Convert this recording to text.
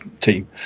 team